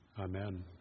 Amen